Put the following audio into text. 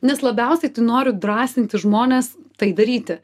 nes labiausiai tai noriu drąsinti žmones tai daryti